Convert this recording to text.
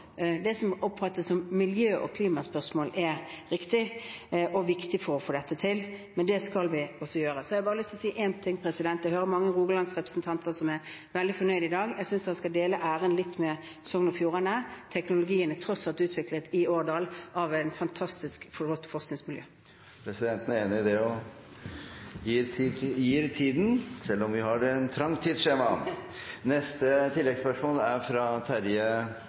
det som oppfattes som miljø- og klimaspørsmål, er riktig og viktig for å få dette til. Det skal vi også gjøre. Så har jeg bare lyst til å si én ting: Jeg hører at mange Rogaland-representanter er veldig fornøyde i dag. Jeg synes de skal dele æren litt med Sogn og Fjordane. Teknologien er tross alt utviklet i Årdal av et fantastisk flott forskningsmiljø. Presidenten er enig i det og gir tid til det, selv om vi har et trangt tidsskjema. Terje Aasland – til oppfølgingsspørsmål. Det å bli enige om mål innenfor klima er